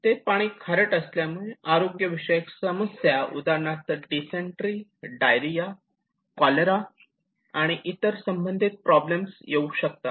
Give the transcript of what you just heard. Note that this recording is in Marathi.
ते पाणी खारट असल्यामुळे आरोग्यविषयक समस्या उदाहरणार्थ डिसेंट्री डायरिया कॉलरा आणि इतर संबंधित प्रॉब्लेम येऊ शकतात